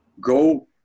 Go